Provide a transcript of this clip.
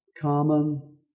common